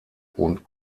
und